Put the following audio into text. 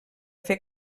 fer